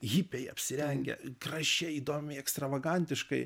hipiai apsirengę gražiai įdomiai ekstravagantiškai